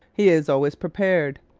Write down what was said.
he is always prepared.